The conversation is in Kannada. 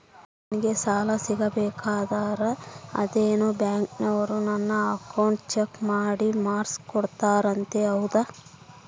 ನಂಗೆ ಸಾಲ ಸಿಗಬೇಕಂದರ ಅದೇನೋ ಬ್ಯಾಂಕನವರು ನನ್ನ ಅಕೌಂಟನ್ನ ಚೆಕ್ ಮಾಡಿ ಮಾರ್ಕ್ಸ್ ಕೋಡ್ತಾರಂತೆ ಹೌದಾ?